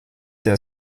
der